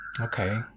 Okay